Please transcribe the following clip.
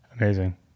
Amazing